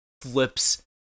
flips